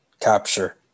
Capture